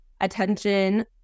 attention